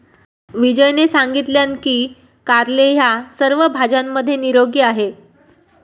विजयने सांगितलान की कारले ह्या सर्व भाज्यांमध्ये निरोगी आहे